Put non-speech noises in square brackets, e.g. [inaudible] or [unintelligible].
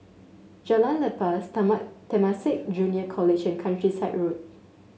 Jalan Lepas [unintelligible] Temasek Junior College and Countryside Road